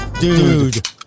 dude